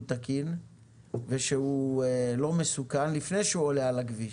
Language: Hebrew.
תקין ולא מסוכן לפני שהוא עולה על הכביש.